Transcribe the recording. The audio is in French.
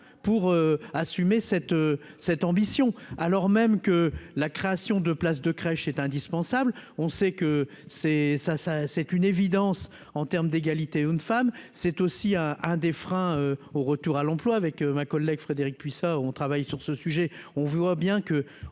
pour assumer cette cette ambition, alors même que la création de places de crèches est indispensable, on sait que c'est ça, ça c'est une évidence en termes d'égalité femme c'est aussi à un des freins au retour à l'emploi avec ma collègue, Frédérique Puissat, on travaille sur ce sujet, on voit bien que,